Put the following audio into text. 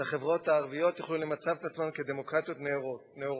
שהחברות הערביות יוכלו למצב עצמן כדמוקרטיות נאורות,